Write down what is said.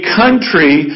country